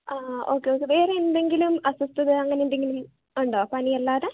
ആ okay okay വേറെ എന്തെങ്കിലും അസ്വസ്ഥത അങ്ങനെ എന്തെങ്കിലും ഉണ്ടോ പനി അല്ലാതെ